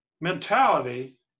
mentality